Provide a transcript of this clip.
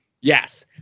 Yes